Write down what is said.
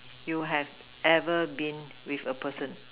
you have ever been with a person